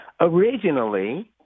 originally